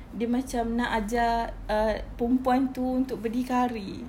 dia macam nak ajar uh perempuan itu untuk berdikari